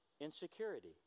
insecurity